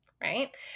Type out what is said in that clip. right